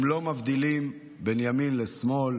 הם לא מבדילים בין ימין לשמאל,